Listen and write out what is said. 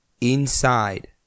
inside